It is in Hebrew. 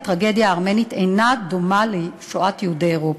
הטרגדיה הארמנית אינה דומה לשואת יהודי אירופה,